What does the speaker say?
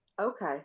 Okay